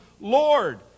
Lord